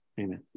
Amen